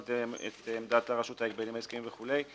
את עמדת רשות ההגבלים העסקיים וכולי.